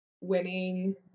winning